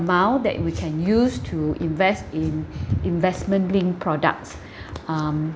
~mount that we can use to invest in investment linked products um